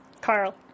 Carl